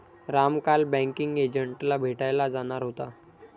राम काल बँकिंग एजंटला भेटायला जाणार होता